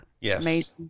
Yes